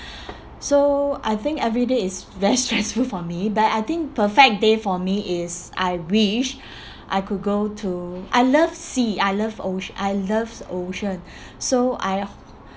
so I think every day is very stressful for me bit I think perfect day for me is I wish I could go to I love sea I love oc~ I love ocean so I